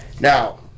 Now